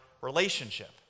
relationship